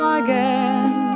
again